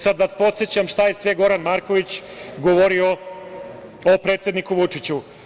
Sad vas podsećam šta je sve Goran Marković govorio o predsedniku Vučiću.